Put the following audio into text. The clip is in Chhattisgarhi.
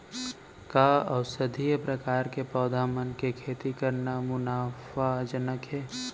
का औषधीय प्रकार के पौधा मन के खेती करना मुनाफाजनक हे?